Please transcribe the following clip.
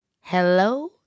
Hello